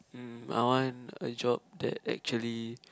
mm I want a job that actually